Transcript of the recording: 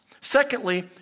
Secondly